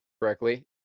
correctly